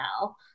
now